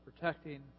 protecting